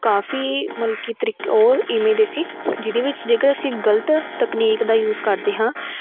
ਕਾਫੀ ਮਲਕੀ ਤਰੀਕੇ ਉਹ ਇਵੇਂ ਦੇ ਸੀ ਜਿਹਦੇ ਵਿੱਚ ਜੇਕਰ ਅਸੀਂ ਗਲਤ ਤਕਨੀਕ ਦਾ ਯੂਜ ਕਰਦੇ ਹਾਂ